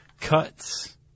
Cuts